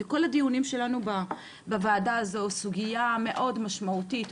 בכל הדיונים שלנו בוועדה זו סוגייה מאוד משמעותית,